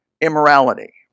immorality